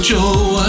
Joe